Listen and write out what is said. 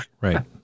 right